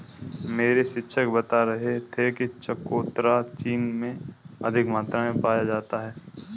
मेरे शिक्षक बता रहे थे कि चकोतरा चीन में अधिक मात्रा में पाया जाता है